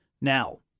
Now